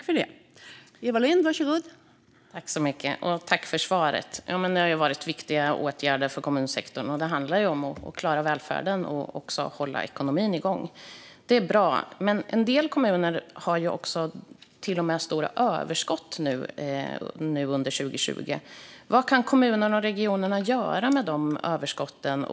Fru talman! Jag tackar för svaret. Det har varit viktiga åtgärder för kommunsektorn, och det handlar ju om att klara välfärden och också hålla ekonomin igång. Detta är bra, men en del kommuner har nu stora överskott under 2020. Vad kan kommunerna och regionerna göra med de överskotten?